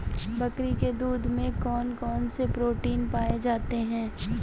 बकरी के दूध में कौन कौनसे प्रोटीन पाए जाते हैं?